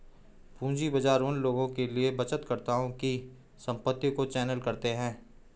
पूंजी बाजार उन लोगों के लिए बचतकर्ताओं की संपत्ति को चैनल करते हैं